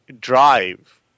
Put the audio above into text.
drive